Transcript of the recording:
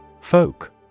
Folk